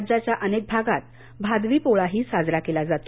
राज्यच्या अनेक भागात भादवी पोळाही साजरा केला जातो